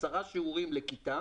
עשרה שיעורים לכיתה,